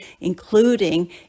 including